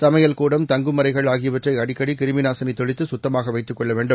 சமையல் கூடம் தங்கும் அறைகள் ஆகியவற்றை அடிக்கடி கிருமி நாசிளி தெளித்து சுத்தமாக வைத்துக் கொள்ளவேண்டும்